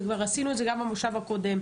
וכבר עשינו את זה גם במושב הקודם.